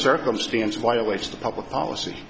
circumstance violates the public policy